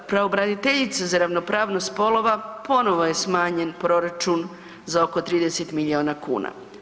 Pravobraniteljica za ravnopravnost spolova, ponovo je smanjen proračun za oko 30 milijuna kuna.